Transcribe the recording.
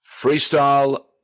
Freestyle